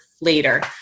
later